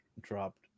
dropped